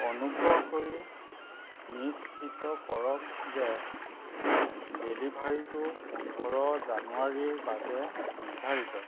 অনুগ্ৰহ কৰি নিশ্চিত কৰক যে ডেলিভাৰীটো পোন্ধৰ জানুৱাৰীৰ বাবে নিৰ্ধাৰিত